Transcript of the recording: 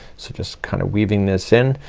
so just kind of weaving this in.